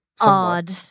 Odd